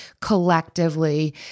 collectively